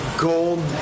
Gold